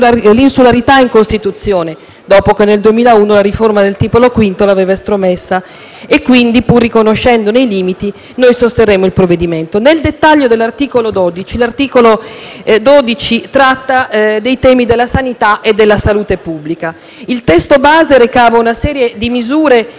Il testo base recava una serie di misure in materia di servizi sanitari, anche di miglioramento del